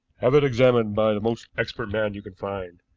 have it examined by the most expert man you can find.